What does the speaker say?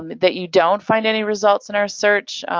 that you don't find any results in our search,